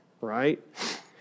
right